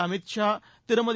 Amit Shah Thirumathi